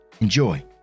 Enjoy